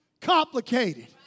complicated